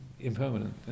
impermanent